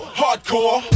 hardcore